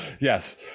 Yes